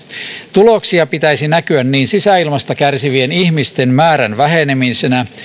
tuloksia pitäisi näkyä niin sisäilmasta kärsivien ihmisten määrän vähenemisenä